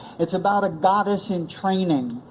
it's about a goddess in training.